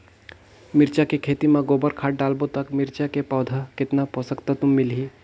मिरचा के खेती मां गोबर खाद डालबो ता मिरचा के पौधा कितन पोषक तत्व मिलही?